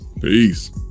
Peace